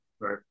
Right